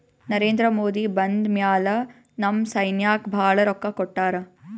ನರೇಂದ್ರ ಮೋದಿ ಬಂದ್ ಮ್ಯಾಲ ನಮ್ ಸೈನ್ಯಾಕ್ ಭಾಳ ರೊಕ್ಕಾ ಕೊಟ್ಟಾರ